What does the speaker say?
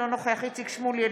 אינו נוכח איציק שמולי,